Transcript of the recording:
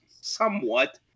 somewhat